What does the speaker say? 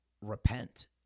repent